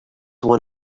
one